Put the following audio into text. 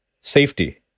safety